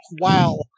wow